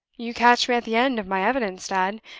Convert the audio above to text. you catch me at the end of my evidence, dad,